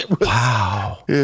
Wow